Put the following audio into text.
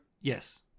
Yes